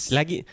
Lagi